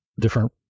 different